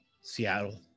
Seattle